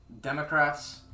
Democrats